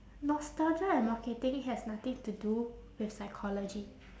nostalgia and marketing has nothing to do with psychology